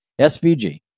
SVG